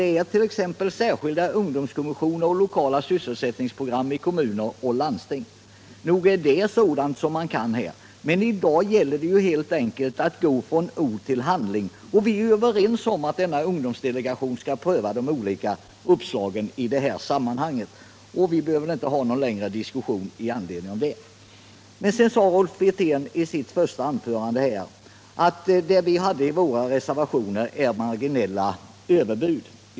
En annan nyhet är förslaget om särskilda ungdomskommissioner och lokala sysselsättningsprogram i kommuner och landsting. Nog är det sådant som man kan betrakta som nyheter! Men i dag gäller det att gå från ord till handling. Vi är överens om att ungdomsdelegationen skall pröva de olika uppslagen, och vi behöver inte föra en längre diskussion i anledning därav. Rolf Wirtén sade vidare i sitt första anförande att det som vi föreslagit i våra reservationer är marginella överbud.